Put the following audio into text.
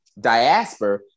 diaspora